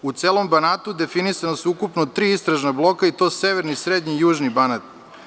U celom Banatu definisane su ukupno tri istražna bloka i to severni, srednji i južni Banat.